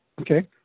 Okay